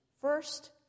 First